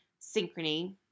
synchrony